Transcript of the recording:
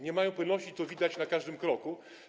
Nie mają płynności, to widać na każdym kroku.